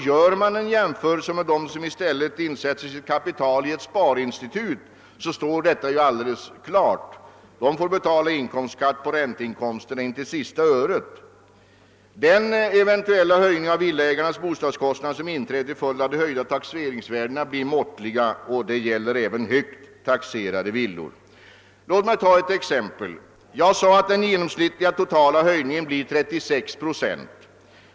Gör man en jämförelse med dem som i stället sätter in sitt kapital i ett sparinstitut står detta alldeles klart. De får betala inkomstskatt på ränteinkomsten intill sista öret. Den eventuella höjning av villaägarnas bostadskostnad som inträffar till följd av de höjda taxeringsvärdena, blir måttlig, och det gäller även högt taxerade villor. Låt mig ta ett exempel. Jag sade att den genomsnittliga höjningen blir 36 procent.